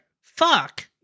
Fuck